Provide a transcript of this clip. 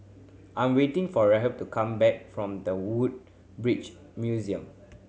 I'm waiting for Rhett to come back from The Woodbridge Museum